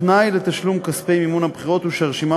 תנאי לתשלום כספי מימון הבחירות הוא שהרשימה